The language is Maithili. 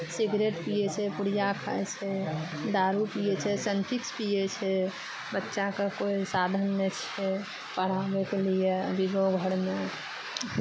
सिगरेट पियै छै पुड़िआ खाइ छै दारू पियै छै सन्फिक्स पियै छै बच्चाके कोइ साधन नहि छै पढ़ाबयके लिए अभी गाँव घरमे